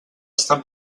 està